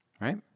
right